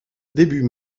début